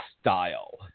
style